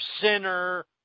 sinner